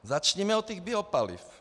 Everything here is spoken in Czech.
Začněme od těch biopaliv.